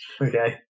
okay